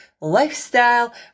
lifestyle